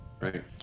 right